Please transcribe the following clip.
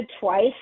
twice